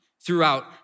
throughout